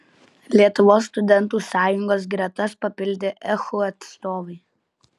lietuvos studentų sąjungos gretas papildė ehu atstovai